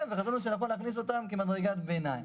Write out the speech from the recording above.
וחשבנו שנכון להכניס אותן כמדרגת ביניים.